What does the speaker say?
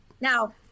now